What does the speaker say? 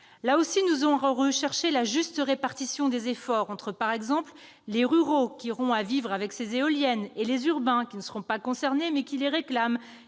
Là aussi, nous aurons à rechercher la juste répartition des efforts, par exemple entre les ruraux, qui auront à vivre avec ces éoliennes, et les urbains, qui ne seront pas concernés, mais qui les réclament,